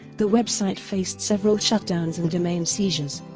the website faced several shutdowns and domain seizures,